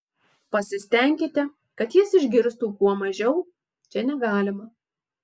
pasistenkite kad jis išgirstų kuo mažiau čia negalima